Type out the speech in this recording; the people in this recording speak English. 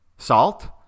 salt